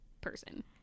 person